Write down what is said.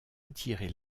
attirer